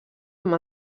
amb